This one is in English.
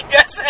Yes